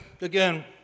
again